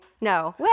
No